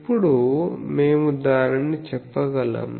ఇప్పుడు మేము దానిని చెప్పగలం